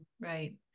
Right